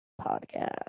podcast